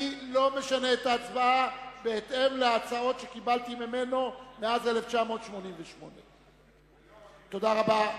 אני לא משנה את ההצבעה בהתאם להצעות שקיבלתי ממנו מאז 1988. תודה רבה.